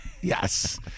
yes